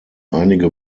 einige